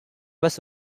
was